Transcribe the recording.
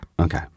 Okay